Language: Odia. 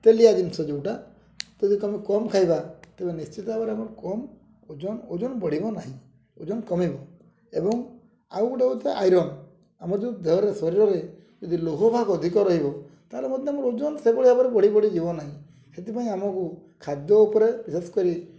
ତେଲିଆ ଜିନିଷ ଯେଉଁଟା ଯଦି ତୁମେ କମ୍ ଖାଇବା ତେବେ ନିଶ୍ଚିତ ଭାବରେ ଆମର କମ୍ ଓଜନ ଓଜନ ବଢ଼ିବ ନାହିଁ ଓଜନ କମିବ ଏବଂ ଆଉ ଗୋଟେ କଥା ଆଇରନ୍ ଆମର ଯେଉଁ ଦେହରେ ଶରୀରରେ ଯଦି ଲୋହଭାବ ଅଧିକ ରହିବ ତାହେଲେ ମଧ୍ୟ ଆମର ଓଜନ ସେଭଳି ଭାବରେ ବଢ଼ି ବଢ଼ିଯିବ ନାହିଁ ସେଥିପାଇଁ ଆମକୁ ଖାଦ୍ୟ ଉପରେ ବିଶେଷ କରି